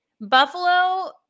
Buffalo